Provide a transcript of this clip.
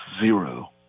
zero